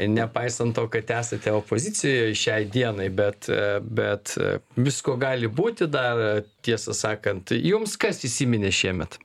nepaisant to kad esate opozicijoje šiai dienai bet bet visko gali būti dar tiesą sakant jums kas įsiminė šiemet